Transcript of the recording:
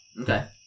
Okay